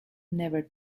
never